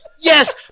Yes